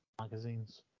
magazines